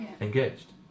engaged